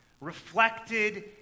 reflected